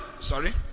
Sorry